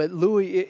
but louis,